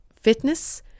fitness